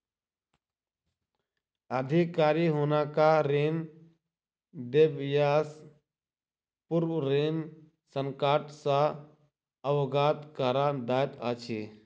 अधिकारी हुनका ऋण देबयसॅ पूर्व ऋण संकट सॅ अवगत करा दैत अछि